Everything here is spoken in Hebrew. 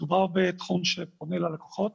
מדובר בתחום שפונה ללקוחות